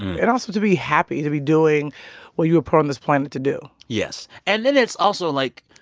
and also to be happy to be doing what you were put on this planet to do yes. and then it's also, like,